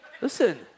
listen